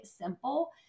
simple